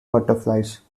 butterflies